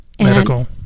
Medical